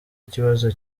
ikibazo